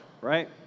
right